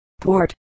Port